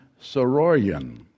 Sororian